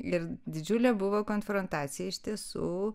ir didžiulė buvo konfrontacija iš tiesų